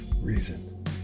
reason